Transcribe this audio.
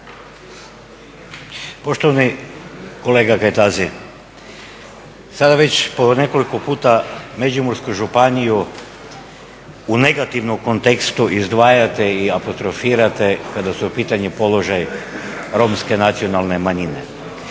Poštovani kolega Kajtazi, sada već po nekoliko puta Međimursku županiju u negativnom kontekstu izdvajate i apostrofirate kada su u pitanju položaji Romske nacionalne manjine.